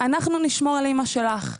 אנחנו נשמור על אימא שלך,